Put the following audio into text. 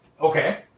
Okay